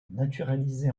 naturalisé